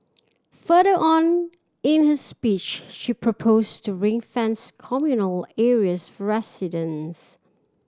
further on in her speech she proposed to ring fence communal areas for residents